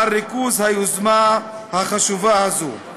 על ריכוז היוזמה החשובה הזאת.